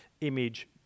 image